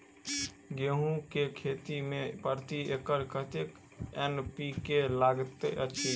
गेंहूँ केँ खेती मे प्रति एकड़ कतेक एन.पी.के लागैत अछि?